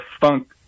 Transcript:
funk